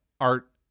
art